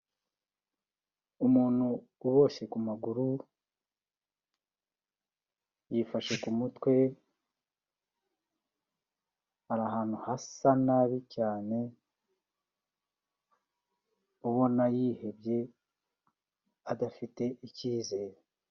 Umuntu uboshye ku maguru, yifashe mutwe, ari ahantu hasa nabi cyane, ubona yihebye adafite icyizere.